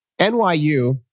NYU